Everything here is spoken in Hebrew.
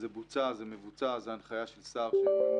זה בוצע, זה מבוצע, זה הנחיה של שר שממומשת.